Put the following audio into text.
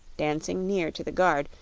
dancing near to the guard,